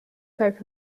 tak